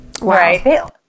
right